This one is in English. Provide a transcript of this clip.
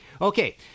Okay